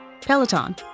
Peloton